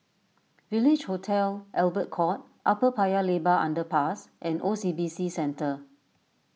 Village Hotel Albert Court Upper Paya Lebar Underpass and O C B C Centre